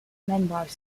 meanwhile